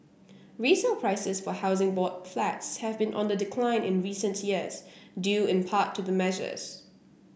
resale prices for Housing Board Flats have been on the decline in recent years due in part to the measures